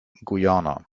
guyana